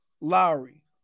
Lowry